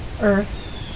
earth